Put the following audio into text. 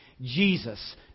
Jesus